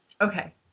Okay